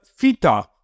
Fita